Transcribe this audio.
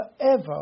forever